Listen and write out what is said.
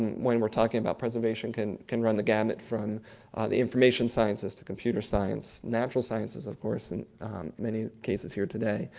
when we're talking about preservation, can can run the gamut from the information sciences, to computer science, natural sciences, of course, and many cases here today,